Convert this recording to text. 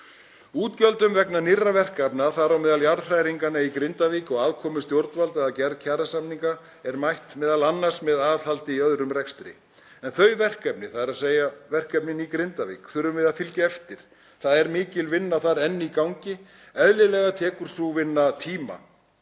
Útgjöldum vegna nýrra verkefna, þar á meðal jarðhræringa í Grindavík og aðkomu stjórnvalda að gerð kjarasamninga, er mætt m.a. með aðhaldi í öðrum rekstri. En þeim verkefnum, þ.e. verkefnunum í Grindavík, þurfum við að fylgja eftir. Það er mikil vinna þar enn í gangi. Eðlilega tekur sú vinna tíma